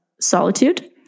solitude